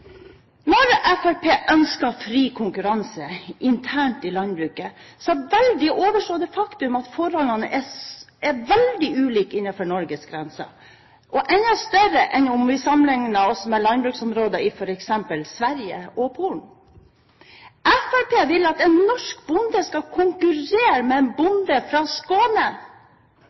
Når Fremskrittspartiet ønsker fri konkurranse internt i landbruket, velger de å overse det faktum at forholdene er veldig ulike innenfor Norges grenser – og enda mer ulike om vi sammenligner med landbruksområder i f.eks. Sverige og Polen. Fremskrittspartiet vil at en norsk bonde skal konkurrere med en bonde fra Skåne.